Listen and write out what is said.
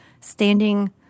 standing